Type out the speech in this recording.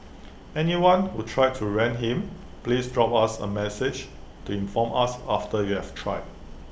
anyone who tried to rent him please drop us A message to inform us after you have tried